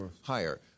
higher